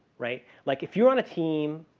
right? like if you're on a team,